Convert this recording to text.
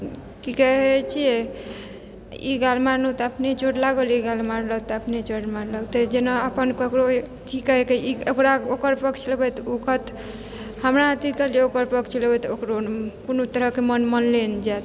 कि कहै छियै ई गाल मारलहुँ तऽ अपने चोट लागल ई गाल मारलहुँ तऽ अपने चोट मारलक तऽ जेना अपन ककरो अथि कए कऽ ई ओकरा ओकर पक्ष लबै तऽ ओ कहत हमरा अथि कहलियै ओकर पक्ष लेबै तऽ ओकरो कोनो तरहके मोन मानले नहि जायत